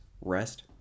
rest